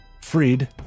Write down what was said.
Freed